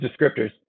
descriptors